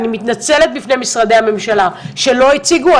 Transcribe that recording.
אני מתנצלת בפני משרדי הממשלה שלא הציגו.